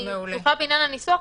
אני פתוחה בעניין הניסוח,